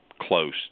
close